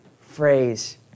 phrase